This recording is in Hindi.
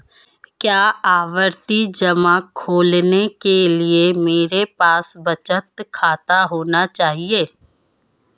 क्या आवर्ती जमा खोलने के लिए मेरे पास बचत खाता होना चाहिए?